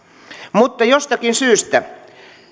mutta jostakin syystä